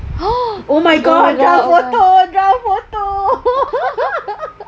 !huh! oh my god draw photo draw photo